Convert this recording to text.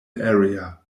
area